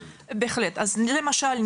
למשל,